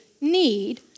need